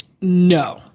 No